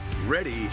ready